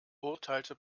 urteilte